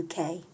UK